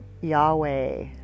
Yahweh